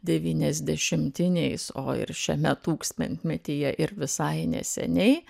devyniasdešimtiniais o ir šiame tūkstantmetyje ir visai neseniai